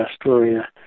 Astoria